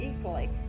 equally